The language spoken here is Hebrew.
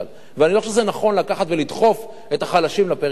ואני לא חושב שנכון לקחת ולדחוף את החלשים לפריפריה.